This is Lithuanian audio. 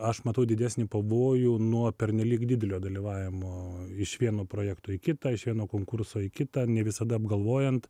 aš matau didesnį pavojų nuo pernelyg didelio dalyvavimo iš vieno projekto į kitą iš vieno konkurso į kitą ne visada apgalvojant